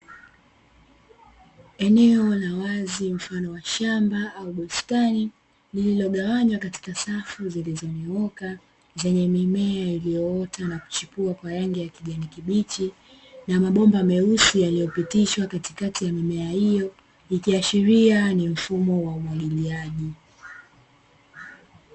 Eneo la wazi mfano wa shamba au bustani, lililogawanywa katika safu zilizonyooka, zenye mimea iliyoota na kuchipua kwa rangi ya kijani kibichi, na mabomba meusi yaliyopitishwa katikati ya mimea hiyo, ikiashiria ni mfumo wa umwagiliaji.